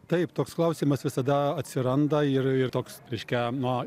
taip toks klausimas visada atsiranda ir ir toks reiškia na